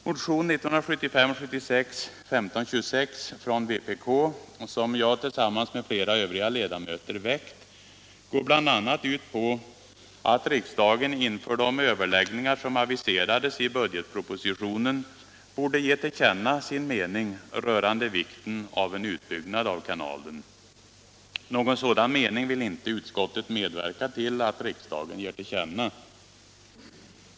Motionen 1975/76:1526 från vpk, som jag tillsammans med flera övriga ledamöter väckt, går bl.a. ut på att riksdagen inför de överläggningar som aviserades i budgetpropositionen borde ge till känna sin mening rörande vikten av en utbyggnad av kanalen. Någon sådan mening vill inte utskottet medverka till att riksdagen ger till känna.